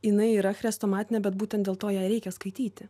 jinai yra chrestomatinė bet būtent dėl to ją reikia skaityti